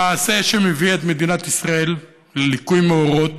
מעשה שמביא את מדינת ישראל לליקוי מאורות